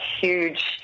huge